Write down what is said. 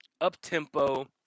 up-tempo